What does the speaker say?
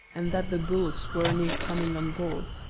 and that the bullocks were near coming on board,